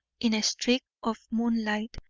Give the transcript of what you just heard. in a streak of moonlight,